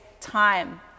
time